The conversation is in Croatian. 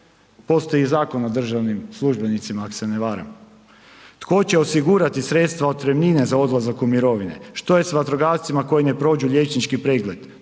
Postoji Zakon o državnim službenicima ako se ne varam. Tko će osigurati sredstva otpremnine za odlazak u mirovine? Što je s vatrogascima koji ne prođu liječnički pregled?